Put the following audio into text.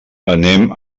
anem